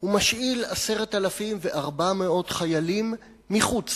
הוא משאיל 10,400 חיילים מחוץ